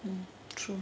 mm true